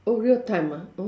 oh real time ah oh